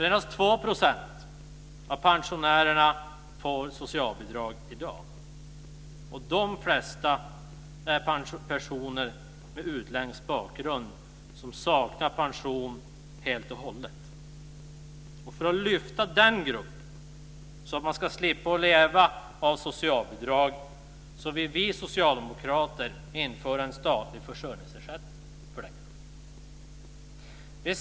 Endast 2 % av pensionärerna får socialbidrag i dag, och de flesta av dem är personer med utländsk bakgrund som saknar pension helt och hållet. För att lyfta den gruppen, så att man ska slippa leva av socialbidrag, vill vi socialdemokrater införa en statlig försörjningsersättning för den.